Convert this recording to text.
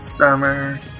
Summer